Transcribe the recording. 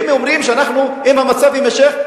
והם אומרים: אם המצב יימשך,